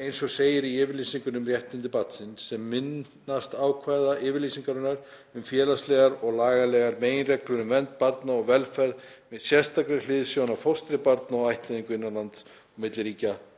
eins og segir í yfirlýsingunni um réttindi barnsins, sem minnast ákvæða yfirlýsingarinnar um félagslegar og lagalegar meginreglur um vernd barna og velferð með sérstakri hliðsjón af fóstri barna og ættleiðingu innan lands og milli ríkja,